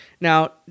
Now